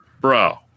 Bro